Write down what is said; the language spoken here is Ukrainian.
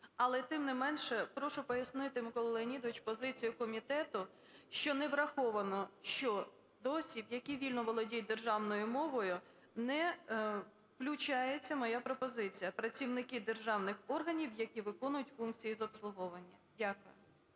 але, тим не менше, прошу пояснити, Микола Леонідович, позицію комітету, що не враховано, що до осіб, які вільно володіють державною мовою, не включається моя пропозиція: "працівники державних органів, які виконують функції з обслуговування". Дякую.